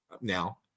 now